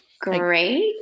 Great